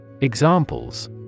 Examples